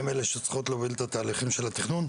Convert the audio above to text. הן אלה שצריכות להוביל את התהליכים של התכנון,